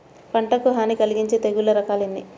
పంటకు హాని కలిగించే తెగుళ్ళ రకాలు ఎన్ని?